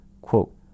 Quote